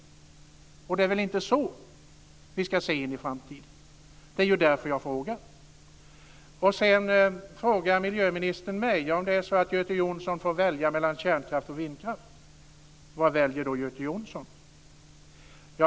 Det är väl inte det vi ska se i framtiden? Det är därför jag frågar. Sedan frågar miljöministern: Om det är så att Göte Jonsson får välja mellan kärnkraft och vindkraft, vad väljer då Göte Jonsson?